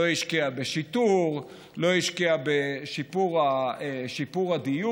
לא השקיעה בשיטור והיא לא השקיעה בשיפור הדיור,